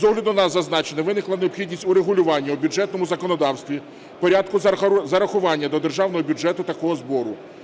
З огляду на зазначене виникла необхідність у регулюванні у бюджетному законодавстві порядку зарахування до державного бюджету такого збору.